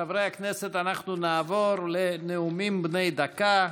חברי הכנסת, אנחנו נעבור לנאומים בני דקה.